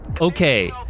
okay